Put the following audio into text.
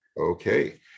Okay